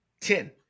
Ten